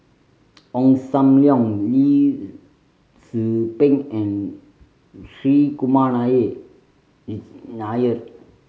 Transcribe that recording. Ong Sam Leong Lee Tzu Pheng and Hri Kumar Nair